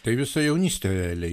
tai visą jaunystę realiai